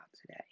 today